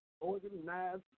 organized